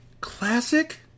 classic